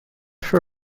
for